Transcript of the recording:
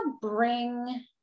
bring